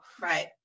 Right